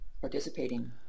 participating